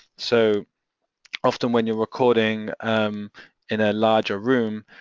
so often, when you're recording in a larger room,